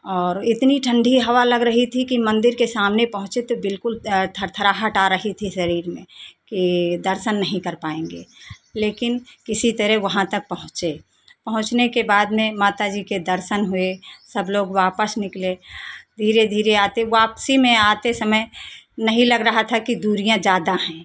और इतनी ठंडी हवा लग रही थी कि मंदिर के सामने पहुंचे तो बिलकुल थरथराहट आ रही थी शरीर में कि दर्शन नहीं कर पाएंगे लेकिन किसी तरह वाहन तक पहुंचे पहुँचने के बाद में माता जी के दर्शन हुए सब लोग वापस निकले धीरे धीरे आते वापसी में आते समय नहीं लग रहा था की दूरियां ज़्यादा हैं